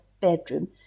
bedroom